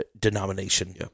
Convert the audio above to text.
denomination